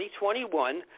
2021